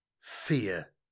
Fear